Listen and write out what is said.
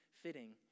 Fitting